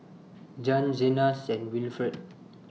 Jann Zenas and Wilfrid